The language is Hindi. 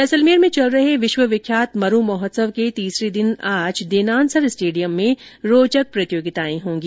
जैसलमेर में चल रहे विश्वविख्यात मरु महोत्सव के तीसरे दिन आज देनानसर स्टेडियम में रोचक प्रतियोगिताएं होंगी